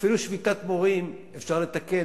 אפילו שביתת מורים אפשר לתקן,